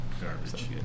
Garbage